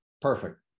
perfect